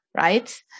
right